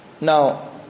Now